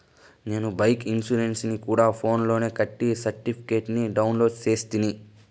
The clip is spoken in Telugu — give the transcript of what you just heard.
నేను బైకు ఇన్సూరెన్సుని గూడా ఫోన్స్ లోనే కట్టి సర్టిఫికేట్ ని డౌన్లోడు చేస్తిని